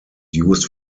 used